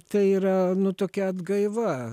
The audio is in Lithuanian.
tai yra nu tokia atgaiva